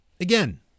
again